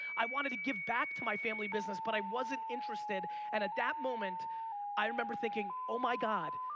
i wanted to give back to my family business but i wasn't interested and at that moment i remember thinking, oh my god,